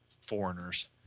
foreigners